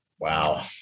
wow